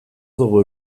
dugu